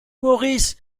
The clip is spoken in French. maurice